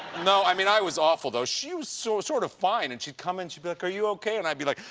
no, i mean, i was awful though. she was so sort of fine and she'd come in and be like, are you okay? and i'd be like,